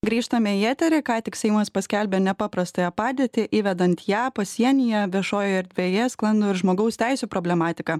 grįžtame į eterį ką tik seimas paskelbė nepaprastąją padėtį įvedant ją pasienyje viešojoje erdvėje sklando ir žmogaus teisių problematika